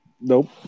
Nope